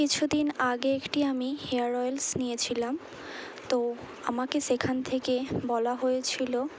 কিছু দিন আগে একটি আমি হেয়ার অয়েল নিয়েছিলাম তো আমাকে সেখান থেকে বলা হয়েছিলো